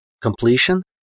completion